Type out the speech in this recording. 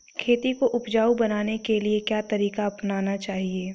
खेती को उपजाऊ बनाने के लिए क्या तरीका अपनाना चाहिए?